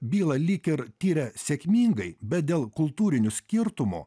bylą lyg ir tiria sėkmingai bet dėl kultūrinių skirtumų